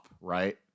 right